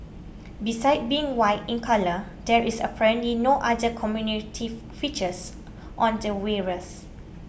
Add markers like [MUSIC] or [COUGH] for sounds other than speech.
besides being white in colour there is apparently no other [UNINTELLIGIBLE] features on the wares